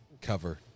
Cover